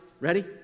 Ready